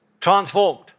transformed